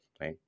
right